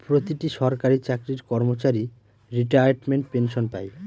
প্রতিটি সরকারি চাকরির কর্মচারী রিটায়ারমেন্ট পেনসন পাই